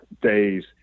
days